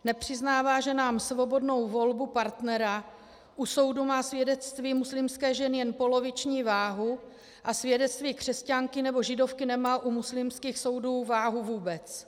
Nepřiznává ženám svobodnou volbu partnera, u soudu má svědectví muslimské ženy jen poloviční váhu a svědectví křesťanky nebo židovky nemá u muslimských soudů váhu vůbec.